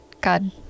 God